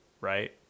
right